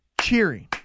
cheering